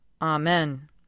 Amen